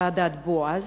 ועדת-בועז,